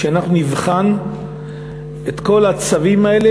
ואנחנו נבחן את כל הצווים האלה,